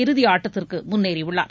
இறுதி ஆட்டத்திற்கு முன்னேறி உள்ளார்